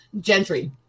Gentry